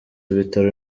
ibitaro